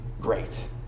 great